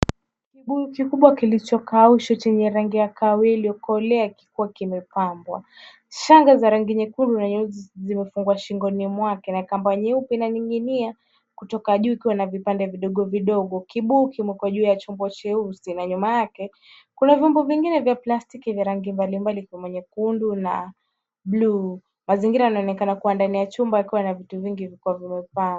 Kibuyu kikubwa kilichokaushwa chenye rangi ya kahawia iliyokolea kikiwa kimepambwa. Shanga za rangi nyekundu na nyeusi zimefungwa shingoni mwake na kamba nyeupe inaning'inia kutoka juu ikiwa na vipande vidogo vidogo. Kibuyu kimo juu ya chombo cheusi na nyuma yake kuna vyombo vingine vya plastiki vya rangi mbalimbali kama nyekundu na bluu. Mazingira yanaonekana kuwa ndani ya chumba kukiwa na viti vingi vikiwa vimepangwa.